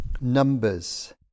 numbers